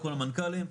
לכל המנכ"לים.